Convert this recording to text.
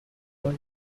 war